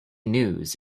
news